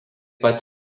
pat